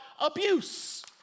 abuse